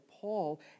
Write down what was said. Paul